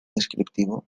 descriptivo